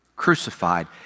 crucified